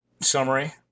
summary